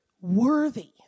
worthy